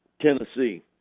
Tennessee